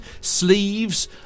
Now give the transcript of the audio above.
sleeves